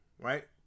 right